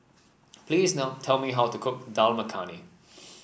please no tell me how to cook Dal Makhani